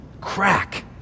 crack